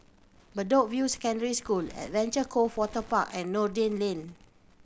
Bedok View Secondary School Adventure Cove Waterpark and Noordin Lane